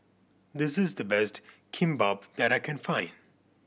this is the best Kimbap that I can find